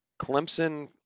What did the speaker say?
Clemson